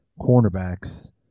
cornerbacks